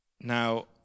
now